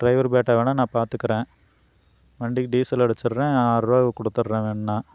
driver batta வேணுணா நான் பார்த்துக்கறேன் வண்டிக்கு டீசல் அடிச்சிடுறேன் ஆறுபா கொடுத்துட்றேன் வேணுணா